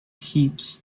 heaps